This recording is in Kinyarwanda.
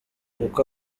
kuko